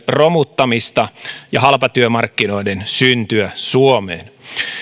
romuttamista ja halpatyömarkkinoiden syntyä suomeen